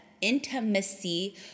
intimacy